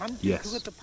Yes